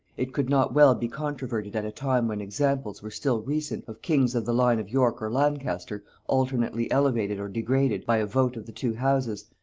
it could not well be controverted at a time when examples were still recent of kings of the line of york or lancaster alternately elevated or degraded by a vote of the two houses,